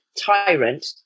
tyrant